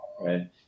right